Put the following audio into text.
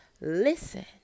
listen